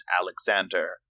Alexander